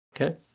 okay